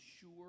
sure